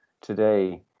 today